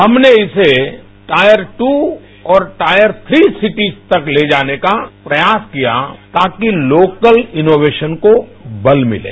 हमने इसे tier two और टायर थ्री सिटीज तक ले जाने का प्रयास किया ताकि लोकल इनोवेशन को बल मिले